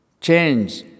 Change